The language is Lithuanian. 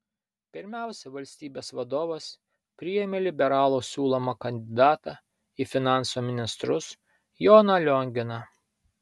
pirmiausia valstybės vadovas priėmė liberalų siūlomą kandidatą į finansų ministrus joną lionginą